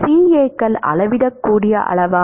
CAகள் அளவிடக்கூடிய அளவா